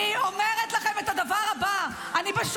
אני אומרת לכם את הדבר הבא: אני,